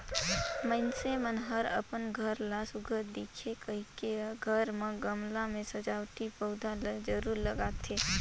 मइनसे मन हर अपन घर ला सुग्घर दिखे कहिके घर म गमला में सजावटी पउधा ल जरूर लगाथे